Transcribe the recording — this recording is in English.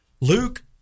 Luke